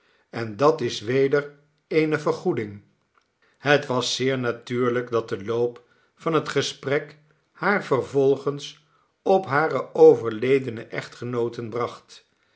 en dat is weder eene vergoeding het was zeer natuurlijk dat de loop van het gesprek haar vervolgens op hare overledene echtgenooten bracht